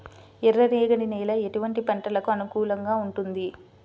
ఎర్ర రేగడి నేల ఎటువంటి పంటలకు అనుకూలంగా ఉంటుంది?